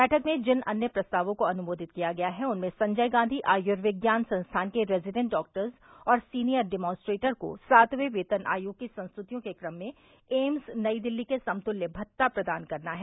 बैठक में जिन अन्य प्रस्तावों को अनुमोदित किया गया है उनमें संजय गॉधी आयुर्विज्ञान संस्थान के रेजीडेंट डाक्टर्स और सीनियर डिमॅान्स्ट्रेटर को सातवें वेतन आयोग की संस्तृतियों के क्रम में एम्स नई दिल्ली के समतल्य भत्ता प्रदान करना है